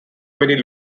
very